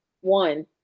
One